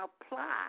apply